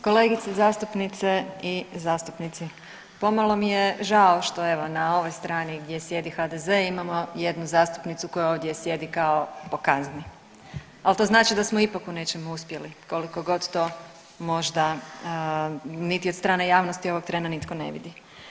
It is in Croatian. Kolegice zastupnice i zastupnici, pomalo mi je žao što evo na ovoj strani gdje sjedi HDZ imamo jednu zastupnicu koja ovdje sjedi kao po kazni, al to znači da smo ipak u nečem uspjeli koliko god to možda niti od strane javnosti ovog trena nitko ne vidi.